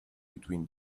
between